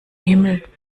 himmel